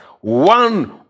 one